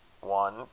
one